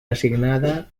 assignada